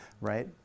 right